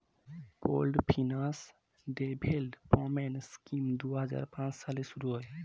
pooled finance development scheme দুই হাজার পাঁচ সালে শুরু হয়